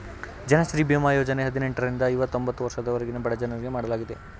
ಜನಶ್ರೀ ಬೀಮಾ ಯೋಜನೆ ಹದಿನೆಂಟರಿಂದ ಐವತೊಂಬತ್ತು ವರ್ಷದವರೆಗಿನ ಬಡಜನರಿಗೆ ಮಾಡಲಾಗಿದೆ